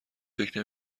فکر